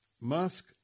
Musk